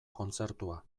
kontzertua